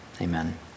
amen